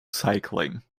cycling